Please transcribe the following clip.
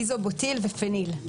איזובוטיל ופניל,